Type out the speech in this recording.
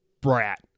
brat